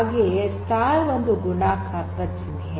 ಹಾಗೆಯೇ ಸ್ಟಾರ್ ಒಂದು ಗುಣಾಕಾರದ ಚಿನ್ಹೆ